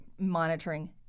monitoring